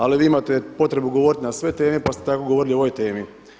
Ali vi imate potrebu govoriti na sve teme, pa ste tako govorili o ovoj temi.